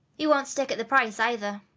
he won't stick at the price either.